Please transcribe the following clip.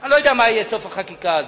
אני לא יודע מה יהיה סוף החקיקה הזאת.